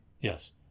Yes